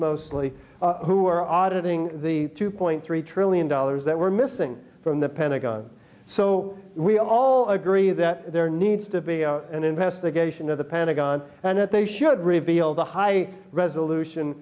mostly who were auditing the two point three trillion dollars that were missing from the pentagon so we all agree that there needs to be an investigation of the pentagon and that they should reveal the high resolution